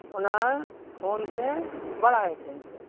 ᱚᱱᱟ ᱯᱷᱳᱱ ᱛᱮ ᱵᱟᱲᱟᱭ ᱦᱚᱪᱚᱧ ᱯᱮ